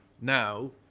now